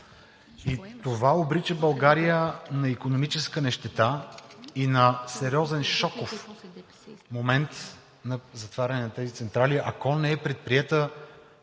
Това обрича България на икономическа нищета и на сериозен шоков момент на затваряне на тези централи, ако не са предприети